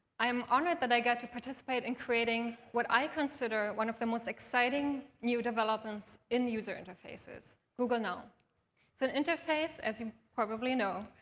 i am honored that i got to participate in creating what i consider one of the most exciting new developments in user interfaces, google now. it's an interface, as you probably know,